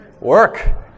Work